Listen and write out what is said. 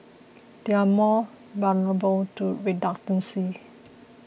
they are more vulnerable to redundancy